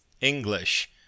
English